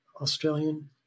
Australian